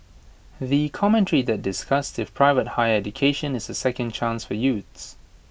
the commentary that discussed if private higher education is A second chance for youths